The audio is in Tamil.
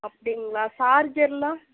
அப்படிங்ளா சார்ஜரெலாம்